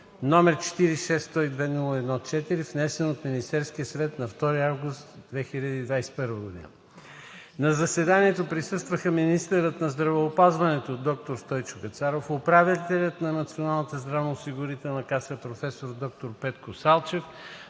г., № 46-102-01-4, внесен от Министерския съвет на 2 август 2021 г. На заседанието присъстваха: министърът на здравеопазването доктор Стойчо Кацаров, управителят на Националната здравноосигурителна каса професор доктор Петко Салчев,